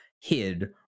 hid